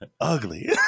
ugly